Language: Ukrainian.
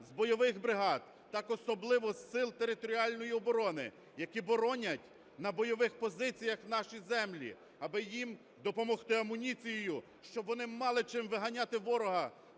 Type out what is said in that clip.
з бойових бригад, так особливо з Сил територіальної оборони, які боронять на бойових позиціях наші землі, аби їм допомогти амуніцією, щоб вони мали чим виганяти ворога